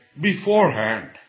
beforehand